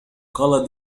قال